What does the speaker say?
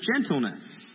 gentleness